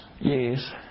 Yes